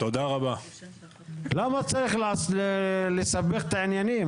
למה צריך לסבך את העניינים?